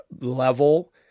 level